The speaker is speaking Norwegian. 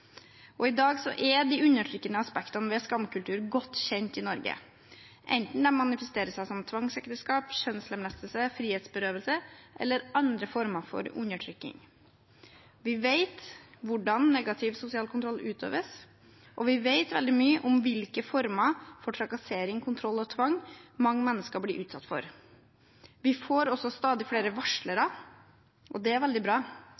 under. I dag er de undertrykkende aspektene ved skamkultur godt kjent i Norge, enten de manifesterer seg som tvangsekteskap, kjønnslemlestelse, frihetsberøvelse eller andre former for undertrykking. Vi vet hvordan negativ sosial kontroll utøves, og vi vet veldig mye om hvilke former for trakassering, kontroll og tvang mange mennesker blir utsatt for. Vi får også stadig flere varslere, og det er veldig bra,